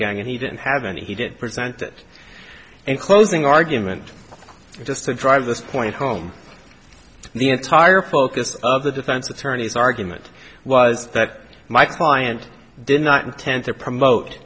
gang and he didn't have any he did present it in closing argument just to drive this point home the entire focus of the defense attorneys argument was that my client did not intend to promote